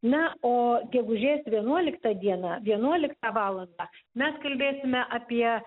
na o gegužės vienuoliktą dieną vienuoliktą valandą mes kalbėsime apie